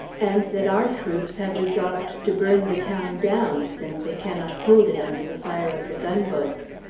and that our troops have resolved to burn the town down, since they cannot hold it under the fire of the gunboats.